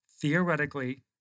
theoretically